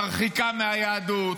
מרחיקה מהיהדות,